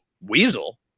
weasel